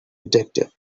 addictive